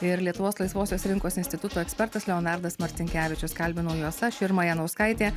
ir lietuvos laisvosios rinkos instituto ekspertas leonardas marcinkevičius kalbinau juos aš irma janauskaitė